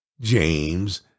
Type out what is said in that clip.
James